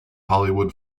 hollywood